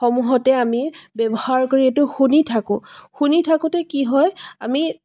সমূহতে আমি ব্যৱহাৰ কৰি এইটো শুনি থাকোঁ শুনি থাকোঁতে কি হয় আমি